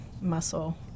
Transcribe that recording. muscle